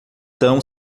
tão